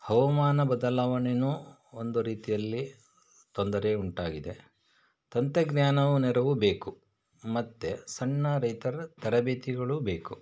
ಹವಾಮಾನ ಬದಲಾವಣೆಯೂ ಒಂದು ರೀತಿಯಲ್ಲಿ ತೊಂದರೆ ಉಂಟಾಗಿದೆ ತಂತ್ರಜ್ಞಾನವು ನೆರವು ಬೇಕು ಮತ್ತೆ ಸಣ್ಣ ರೈತರ ತರಬೇತಿಗಳು ಬೇಕು